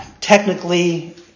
Technically